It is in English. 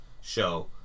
show